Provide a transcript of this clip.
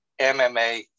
mma